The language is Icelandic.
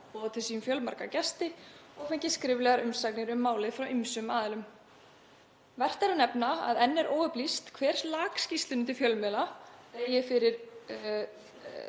til sín fjölmarga gesti og fengið skriflegar umsagnir um málið frá ýmsum aðilum. Vert er að nefna að enn er óupplýst hver lak skýrslunni til fjölmiðla degi fyrir